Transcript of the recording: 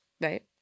Right